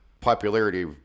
popularity